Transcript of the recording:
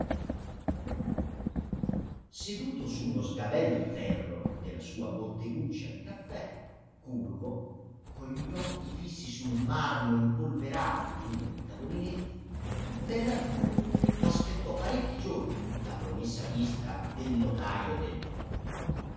seduto su uno sgabello di ferro della sua botteguccia di caffè curvo con gli occhi fissi sul marmo impolverato d'uno dei tavolinetti bellavita aspettò parecchi giorni la promessa visita del notajo